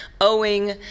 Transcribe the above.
owing